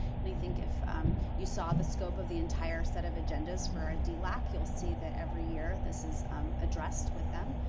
and i think if you saw the scope of the entire set of agendas for our dlac, you'll see that every year this is addressed with them,